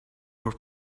were